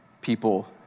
people